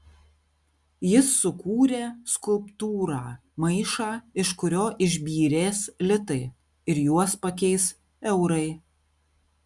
jis sukūrė skulptūrą maišą iš kurio išbyrės litai ir juos pakeis eurai